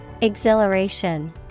Exhilaration